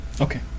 Okay